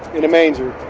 in a manger.